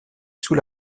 sous